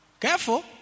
Careful